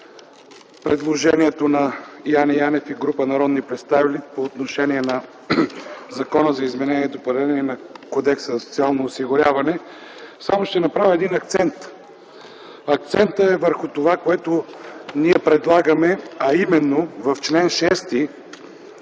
предложението на Яне Янев и група народни представители по отношение на Закона за изменение и допълнение на Кодекса за социално осигуряване. Само ще направя един акцент. Акцентът е върху това, което ние предлагаме, а именно: в чл. 6